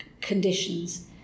conditions